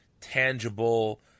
tangible